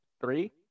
Three